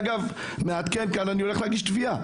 אגב, אני מעדכן כאן שאני הולך להגיש תביעה.